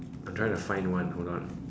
I'm trying to find one hold on